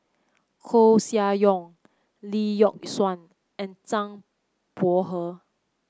Koeh Sia Yong Lee Yock Suan and Zhang Bohe